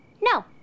No